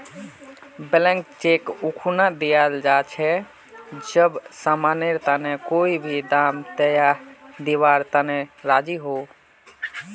blank cheque उखना दियाल जा छे जब समानेर तने कोई भी दाम दीवार तने राज़ी हो